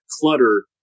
clutter